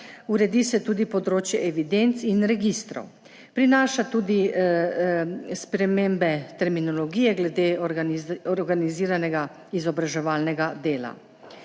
uredi se tudi področje evidenc in registrov. Prinaša tudi spremembe terminologije glede organiziranega izobraževalnega dela.